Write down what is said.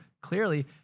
clearly